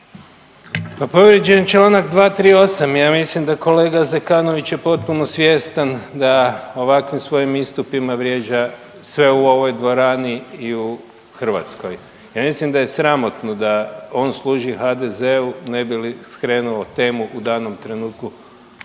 Pa povrijeđen je članak 238. jer mislim da kolega Zekanović je potpuno svjestan da ovakvim svojim istupima vrijeđa sve u ovoj dvorani i u Hrvatskoj. Ja mislim da je sramotno da on služi HDZ-u ne bi li skrenuo temu u danom trenutku